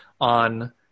on